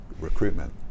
recruitment